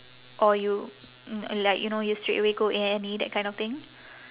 or you uh like you know you straight away go A&E that kind of thing